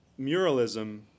muralism